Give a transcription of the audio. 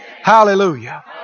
Hallelujah